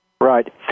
Right